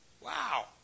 Wow